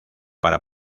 para